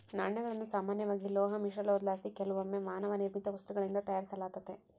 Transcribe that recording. ನಾಣ್ಯಗಳನ್ನು ಸಾಮಾನ್ಯವಾಗಿ ಲೋಹ ಮಿಶ್ರಲೋಹುದ್ಲಾಸಿ ಕೆಲವೊಮ್ಮೆ ಮಾನವ ನಿರ್ಮಿತ ವಸ್ತುಗಳಿಂದ ತಯಾರಿಸಲಾತತೆ